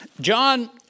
John